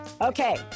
Okay